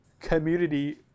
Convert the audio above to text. community